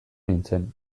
nintzen